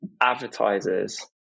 advertisers